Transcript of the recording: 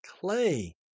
clay